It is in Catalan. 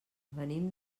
venim